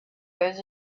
goes